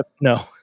No